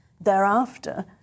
Thereafter